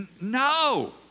no